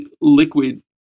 liquid